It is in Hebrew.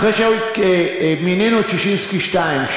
אחרי שמינינו את ששינסקי 2,